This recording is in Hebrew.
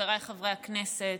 חבריי חברי הכנסת,